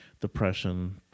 depression